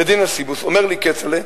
"דניה סיבוס" אומר לי: כצל'ה,